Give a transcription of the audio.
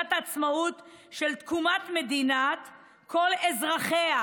חגיגת העצמאות של תקומת מדינת כל אזרחיה.